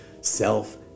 self